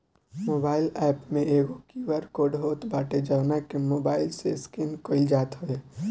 mobile app में एगो QR code होत बाटे जवना के मोबाईल से स्केन कईल जात हवे